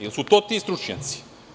Da li su to ti stručnjaci?